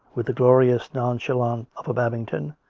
with the glorious nonchalance of a babington,